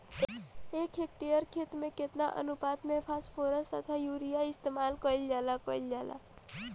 एक हेक्टयर खेत में केतना अनुपात में फासफोरस तथा यूरीया इस्तेमाल कईल जाला कईल जाला?